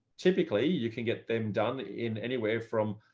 typically you can get them done in anywhere from